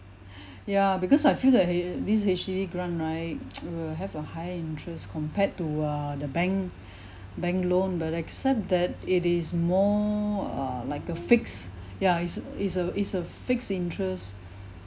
ya because I feel that this H_D_B grant right will have a higher interest compared to uh the bank bank loan but except that it is more uh like a fix ya is is a is a fixed interest